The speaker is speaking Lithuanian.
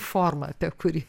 forma apie kurį